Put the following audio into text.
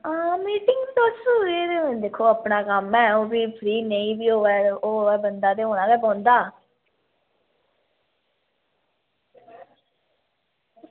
अच्छा meeting fix करना अच्छा ओह्बी कम्म ऐ अपना ते फ्री नेईं बी होऐ ते फ्री होना गै पौंदा बंदे